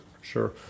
sure